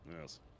yes